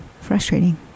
Frustrating